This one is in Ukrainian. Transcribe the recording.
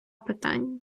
питання